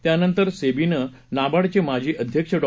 त्यानंतर सेबीनं नाबार्डचे माजी अध्यक्ष डॉ